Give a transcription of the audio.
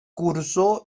cursó